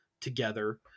together